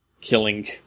killing